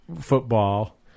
football